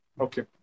Okay